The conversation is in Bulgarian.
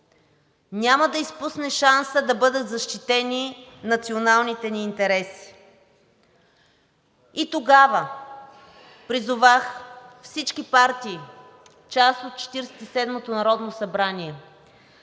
няма да изпусне шанса да бъдат защитени националните ни интереси. И тогава призовах всички партии – част от Четиридесет и